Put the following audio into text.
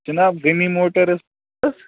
جناب غنی موٹٲرٕس چھِو حظ